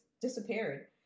disappeared